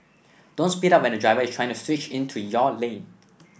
don't speed up when a driver is trying to switch into your lane